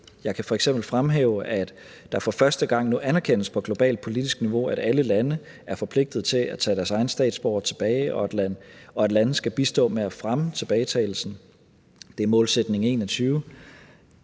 Jeg kan f.eks. fremhæve, at det nu for første gang på globalt politisk niveau anerkendes, at alle lande er forpligtet til at tage deres egne statsborgere tilbage, og at lande skal bistå med at fremme tilbagetagelsen – det er målsætning 21.